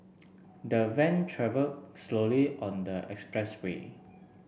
the Van travel slowly on the expressway